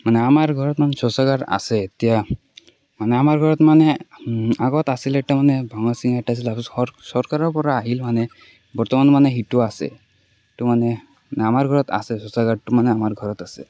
মানে আমাৰ ঘৰত মানে শৌচাগাৰ আছে এতিয়া মানে আমাৰ ঘৰত মানে আগত আছিলে মানে ভঙা ছিঙা এটা আছিল আৰু চৰ চৰকাৰৰ পৰা আহিল মানে বৰ্তমান মানে সিটো আছে তো মানে আমাৰ ঘৰত আছে শৌচাগাৰটো মানে আমাৰ ঘৰত আছে